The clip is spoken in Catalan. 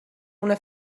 una